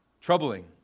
troubling